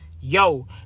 Yo